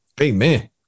Amen